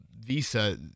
visa